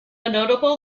notable